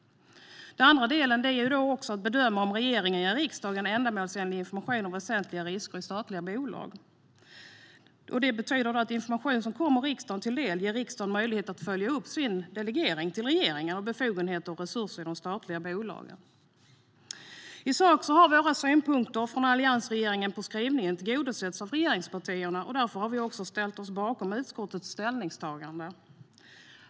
Den andra delen är att bedöma om regeringen ger riksdagen ändamålsenlig information om väsentliga risker i statliga bolag. Det betyder att information som kommer riksdagen till del ger riksdagen möjlighet att följa upp sin delegering till regeringen av befogenheter och resurser i de statliga bolagen. I sak har våra synpunkter från allianspartierna på skrivningen tillgodosetts av regeringspartierna. Därför har vi också ställt oss bakom utskottets ställningstagande.